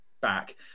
back